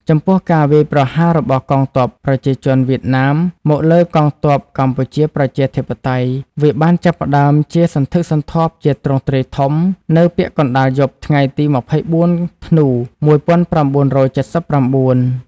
ចំពោះការវាយប្រហាររបស់កងទ័ពប្រជាជនវៀតណាម មកលើកងទ័ពកម្ពុជាប្រជាធិបតេយ្យ វាបានចាប់ផ្តើមជាសន្ធឹកសន្ធាប់ជាទ្រង់ទ្រាយធំ នៅពាក់កណ្តាលយប់ថ្ងៃទី ២៤ ធ្នូ ១៩៧៩។